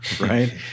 right